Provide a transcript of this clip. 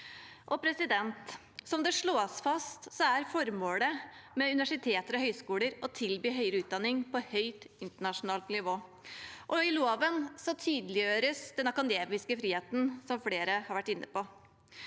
Som det slås fast, er formålet med universiteter og høyskoler å tilby høyere utdanning på høyt internasjonalt nivå. I loven tydeliggjøres den akademiske friheten, som flere har vært inne på.